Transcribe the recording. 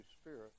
Spirit